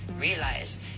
Realize